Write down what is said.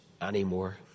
anymore